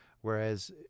Whereas